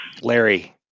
Larry